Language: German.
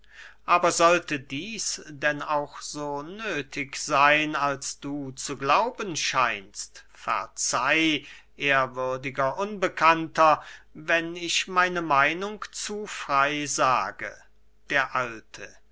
aber sollte dieß denn auch so nöthig seyn als du zu glauben scheinst verzeih ehrwürdiger unbekannter wenn ich meine meinung zu frey sage der alte